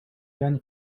gagne